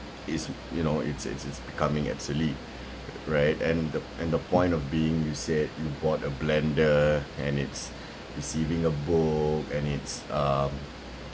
it's you know it's it's it's becoming obsolete right and the and the point of being you said you bought a blender and it's receiving a book and it's um